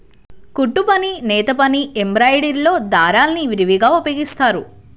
కుట్టుపని, నేతపని, ఎంబ్రాయిడరీలో దారాల్ని విరివిగా ఉపయోగిస్తారు